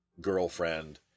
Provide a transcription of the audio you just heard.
girlfriend